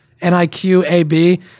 N-I-Q-A-B